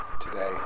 today